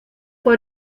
fue